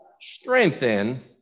strengthen